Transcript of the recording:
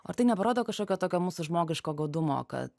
ar tai neparodo kažkokio tokio mūsų žmogiško godumo kad